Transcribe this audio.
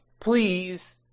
Please